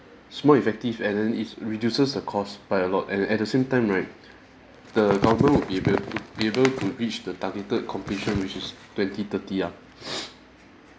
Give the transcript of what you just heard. it's more effective and and it reduces the cost by a lot and at the same time right the government would be ab~ able to reach the targeted completion which is twenty-thirty ah